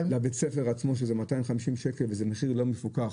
לבית ספר עצמו זה 250 שקל, זה מכשיר לא מפוקח.